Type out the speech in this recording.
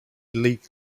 league